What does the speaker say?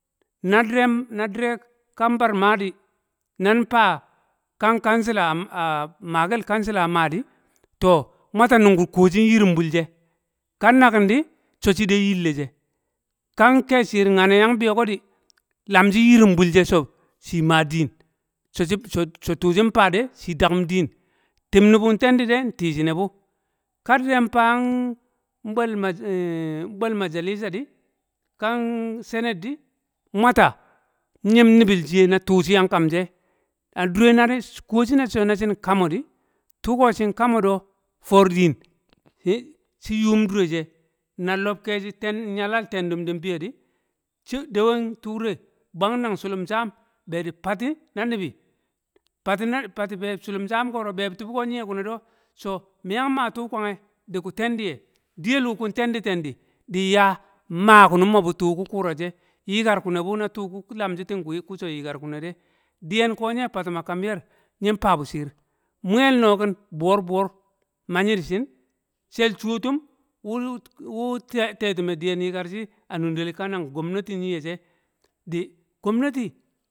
Na dire na dire ka nbar mah di, nan faa kan kasila makel kansila a maa di, to, wmata nungu kuwo shin yirum bul she, kan nakin di so sho de. nyil le she, kam keshi ngyane yang biyo ko di, lam shin yinunbul she so shi maa diin, so tuu shin faa de, shi dakum diin, tib nubu ntendi de, nti shine bu, ka dire nfaa nbweli nbwel majalisa di, kan senet di nwmato nyim nibil shiye na tuu shi yang kam she, a dure nadir kuwo so na shin kami di, tuko shin kama do, foor din- shi yuum dure she, na lob keshi ten- nyo lal tendun din biyo di dewen tuure bwang naa shulum sham be di fati na nibi, fati na- fati be shulum sham koro bebi tubi ko nye kune do, so mi yang maa tuu kwange duku tendi ye, diyel wu ku ntendi tendi din ya maa ku nu mo bu tuu ku kura she. Nyikar kune bu na tu ku le shi ku so ting yinar kune de, diyen ko nye fatum a kam yer, nyim faa bu shiir, wmiyel no kin buwor buwor, ma nyi di shin, shel shuwo tum wu- wu- te- tetume diyen yikar shi a nundel ka nang gomnati nyi ye she di, gomnati.